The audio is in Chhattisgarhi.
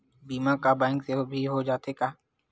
बीमा का बैंक से भी हो जाथे का?